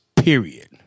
Period